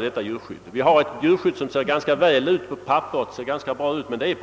Vi har i dag ett djurskydd som ser bra ut på papperet, men det